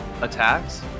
attacks